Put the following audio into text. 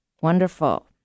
wonderful